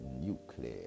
nuclear